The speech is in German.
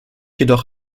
jedoch